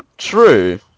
True